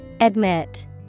Admit